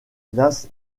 las